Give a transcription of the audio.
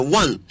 one